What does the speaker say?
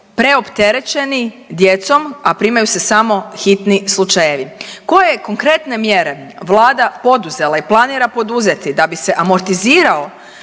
preopterećeni djecom, a primaju se samo hitni slučajevi. Koje je konkretne mjere vlada poduzela i planira poduzeti da bi se amortizirao